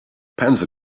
panzer